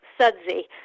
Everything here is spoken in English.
sudsy